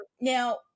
now